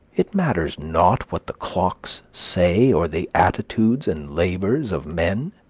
it matters not what the clocks say or the attitudes and labors of men.